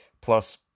Plus